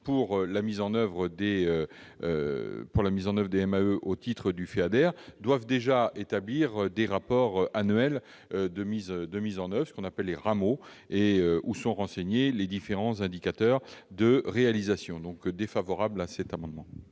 pour la mise en oeuvre des MAE au titre du FEADER, doivent déjà établir des rapports annuels de mise en oeuvre, aussi appelés RAMO, où sont renseignés les différents indicateurs de réalisation. Pour ces raisons, je suis défavorable à cet amendement.